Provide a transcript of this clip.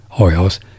oils